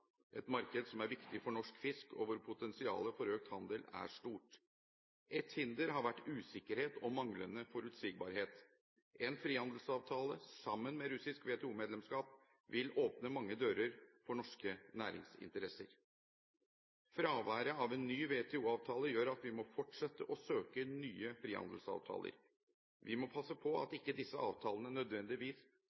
et marked som er viktig for norsk fisk, og hvor potensialet for økt handel er stort. Et hinder har vært usikkerhet og manglende forutsigbarhet. En frihandelsavtale sammen med russisk WTO-medlemskap vil åpne mange dører for norske næringsinteresser. Fraværet av en ny WTO-avtale gjør at vi må fortsette å søke nye frihandelsavtaler. Vi må passe på at ikke disse avtalene nødvendigvis